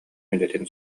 үлэтин